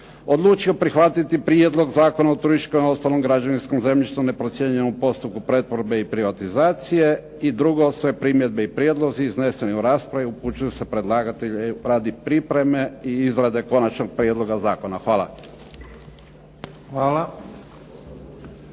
odlučio prihvatiti Prijedlog Zakona o turističkom i ostalom građevinskom zemljištu u neprocijenjenom postupke pretvorbe i privatizacije. I drugo, sve primjedbe i prijedlozi izneseni u raspravi upućuju se predlagatelju radi pripreme i izrade konačnog prijedloga zakona. Hvala.